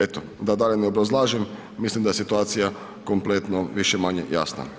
Eto, da dalje ne obrazlažem, mislim da je situacija kompletno više-manje jasna.